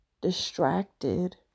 distracted